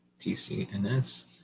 TCNS